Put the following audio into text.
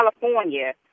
California